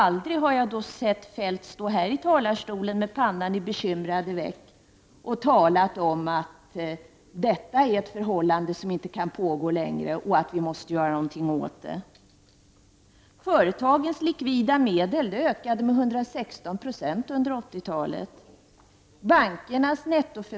Aldrig har jag då sett Kjell-Olof Feldt stå här i talarstolen och med pannan i bekymrade veck tala om att detta förhållande inte kan pågå längre och att vi måste göra någonting åt det.